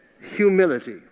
humility